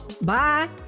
bye